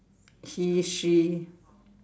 he she